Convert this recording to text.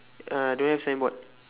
uh don't have signboard